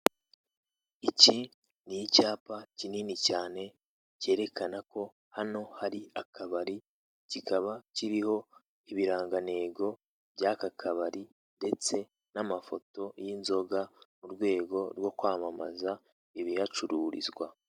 Iki ni icyapa kinini cyane cyerekana ko hano hari akabari, kikaba kiriho ibirangantego by'aka kabari ndetse n'amafoto y'inzoga mu rwego rwo kwamamaza ibihacururizwa.